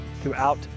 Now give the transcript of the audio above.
throughout